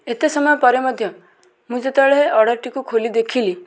ଏତେ ସମୟ ପରେ ମଧ୍ୟ ମୁଁ ଯେତେବେଳେ ଅର୍ଡ଼ର୍ଟିକୁ ଖୋଲି ଦେଖିଲି